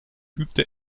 übte